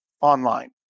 online